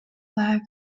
flag